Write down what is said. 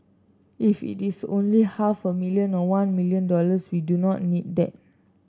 if it is only half a million or one million dollars we do not need that